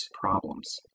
problems